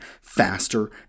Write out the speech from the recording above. faster